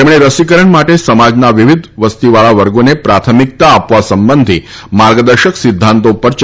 તેમણે રસીકરણ માટે સમાજના વિવિધ વસ્તીવાળા વર્ગોને પ્રાથમિકતા આપવા સંબંધી માર્ગદર્શક સિધ્ધાંતો પર ચર્ચા કરી